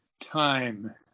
time